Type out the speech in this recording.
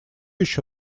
еще